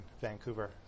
Vancouver